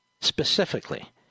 specifically